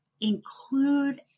include